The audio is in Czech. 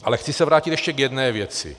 Ale chci se vrátit ještě k jedné věci.